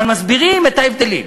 אבל מסבירים את ההבדלים.